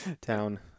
Town